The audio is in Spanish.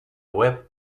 web